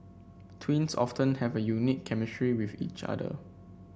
twins often have a unique chemistry with each other